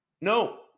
no